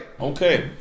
okay